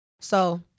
So-